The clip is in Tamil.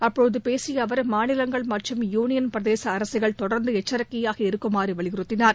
அப்போது பேசிய அவர் மாநிலங்கள் மற்றும் யூனியள் பிரதேச அரசுகள் தொடர்ந்து எச்சரிக்கையாக இருக்குமாறு வலியுறுத்தினார்